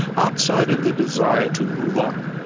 outside of the desire to move on,